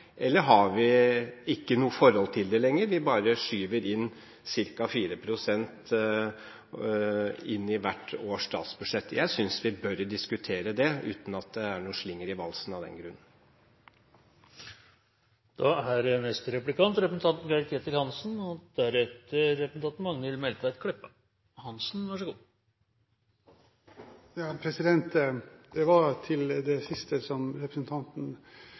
eller har vi ikke noe forhold til det lenger, vi bare skyver ca. 4 pst. inn i hvert års statsbudsjett? Jeg synes vi bør diskutere det uten at det er noe slinger i valsen av den grunn. Jeg vil gå til det siste som representanten